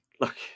look